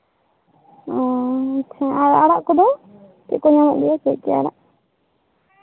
ᱚ ᱟᱪᱪᱷᱟ ᱟᱲᱟᱜ ᱠᱚᱫᱚ ᱪᱮᱫ ᱠᱚ ᱧᱟᱢᱚᱜ ᱜᱮᱭᱟ ᱪᱮᱫ ᱪᱮᱫ ᱟᱲᱟᱜ